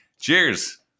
cheers